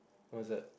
what is that